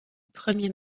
premier